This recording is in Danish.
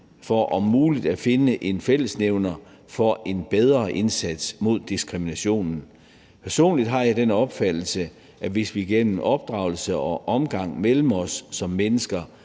for om muligt at finde en fællesnævner for en bedre indsats mod diskrimination. Personligt har jeg den opfattelse, at hvis vi gennem opdragelse og gennem vores omgang med